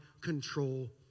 control